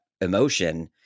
emotion